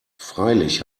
freilich